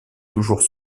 toujours